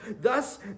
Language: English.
Thus